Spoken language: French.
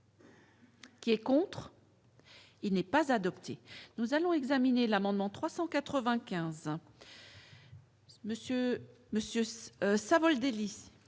Qui est contre, il n'est pas adoptée. Nous allons examiner l'amendement 395. Monsieur